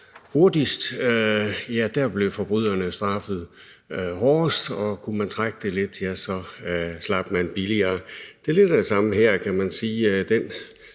hurtigst, blev straffet hårdest, og kunne man trække den lidt, slap man billigere. Det er lidt af det samme her, kan man sige,